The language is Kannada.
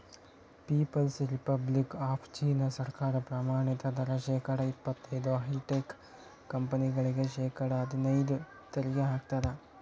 ಪೀಪಲ್ಸ್ ರಿಪಬ್ಲಿಕ್ ಆಫ್ ಚೀನಾ ಸರ್ಕಾರ ಪ್ರಮಾಣಿತ ದರ ಶೇಕಡಾ ಇಪ್ಪತೈದು ಹೈಟೆಕ್ ಕಂಪನಿಗಳಿಗೆ ಶೇಕಡಾ ಹದ್ನೈದು ತೆರಿಗೆ ಹಾಕ್ತದ